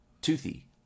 toothy